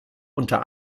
unter